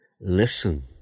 listen